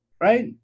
right